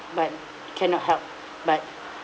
but cannot help but